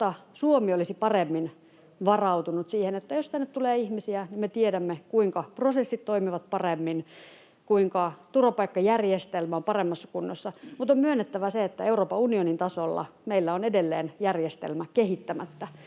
Suomi olisi paremmin varautunut siihen, että jos tänne tulee ihmisiä, me tiedämme, kuinka prosessit toimivat paremmin, kuinka turvapaikkajärjestelmä on paremmassa kunnossa. Mutta on myönnettävä se, että Euroopan unionin tasolla meillä on edelleen järjestelmä kehittämättä.